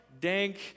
dank